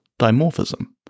dimorphism